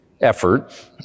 effort